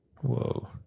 Whoa